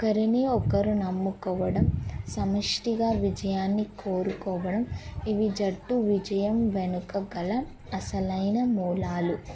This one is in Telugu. ఒకరిని ఒకరు నమ్ముకోవడం సమిష్టిగా విజయాన్ని కోరుకోవడం ఇవి జట్టు విజయం వెనుక గల అసలైన మూలాలు